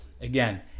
again